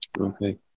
Okay